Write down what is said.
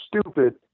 stupid